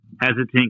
hesitant